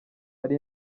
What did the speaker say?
hari